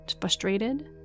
frustrated